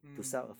mm